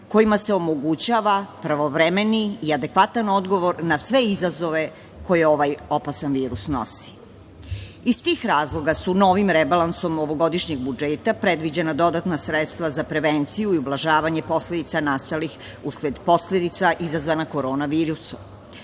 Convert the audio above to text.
kojima se omogućava prvovremeni i adekvatan odgovor na sve izazove koje ovaj opasan virus nosi. Iz tih razloga su novim rebalansom ovogodišnjeg budžeta predviđena dodatna sredstva za prevenciju i ublažavanje posledica nastalih usled posledica izazvanih korona virusom,